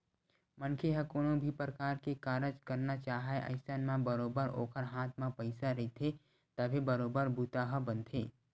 मनखे ह कोनो भी परकार के कारज करना चाहय अइसन म बरोबर ओखर हाथ म पइसा रहिथे तभे बरोबर बूता ह बनथे